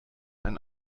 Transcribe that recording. ein